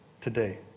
today